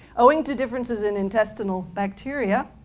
owing to differences in intestinal bacteria,